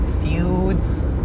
feuds